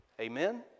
Amen